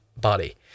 body